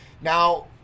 Now